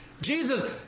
Jesus